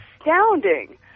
astounding